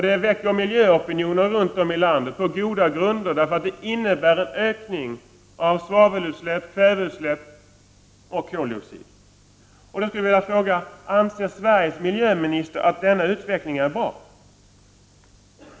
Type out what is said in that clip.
Det väcker miljöopinion runt om i landet, på goda grunder, därför att det innebär en ökning av utsläppen av svavel, kväve och koldioxid. Jag skulle vilja fråga: Anser Sveriges miljöminister att denna utveckling är bra?